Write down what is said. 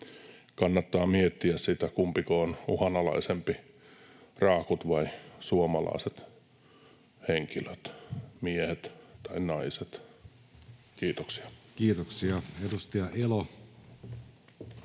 kannattaa miettiä sitä, kumpiko on uhanalaisempi, raakut vai suomalaiset henkilöt, miehet tai naiset. — Kiitoksia. Kiitoksia. — Edustaja Elo.